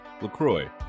LaCroix